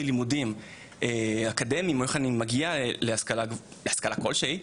לימודים אקדמיים או איך אני מגיע להשכלה כל שהיא,